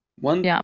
One